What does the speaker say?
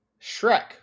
Shrek